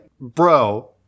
bro